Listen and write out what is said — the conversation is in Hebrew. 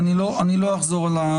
לפחות פה וגם בתזכיר של שקד הייתה איזה